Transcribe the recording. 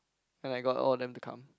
and I got all of them to come